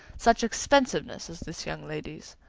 such expensiveness as this young lady's.